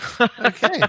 Okay